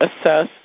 assess